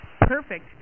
perfect